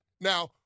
Now